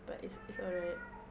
but it's it's alright